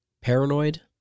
Paranoid